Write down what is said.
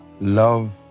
love